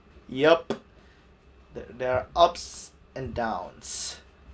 yup that there are ups and downs